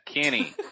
Kenny